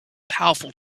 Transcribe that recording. powerful